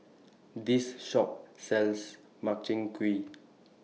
This Shop sells Makchang Gui